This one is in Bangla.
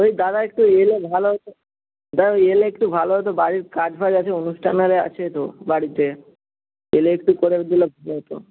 বলছি দাদা একটু এলে ভালো হতো দাদা এলে একটু ভালো হতো বাড়ির কাজ ফাজ আছে অনুষ্ঠান আরে আছে তো বাড়িতে এলে একটু করে দিলে ভালো হতো